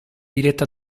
diretta